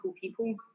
people